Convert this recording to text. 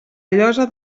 llosa